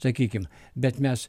sakykim bet mes